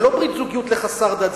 זה לא ברית זוגיות לחסר דת.